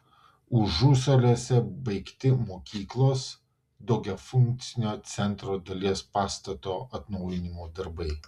užusaliuose baigti mokyklos daugiafunkcio centro dalies pastato atnaujinimo darbai